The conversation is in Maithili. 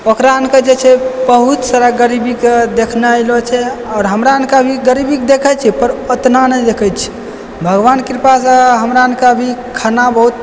ओकरा आनके जे छै बहुत सारा गरीबीके देखने एलौं छै आओर हमरा अनके अभी गरीबी देखै छियैपर उतना नहि देखै छियै भगवान कृपासँ हमरा अनके अभी खाना बहुत